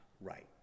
right